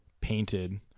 painted